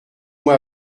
moi